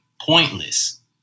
pointless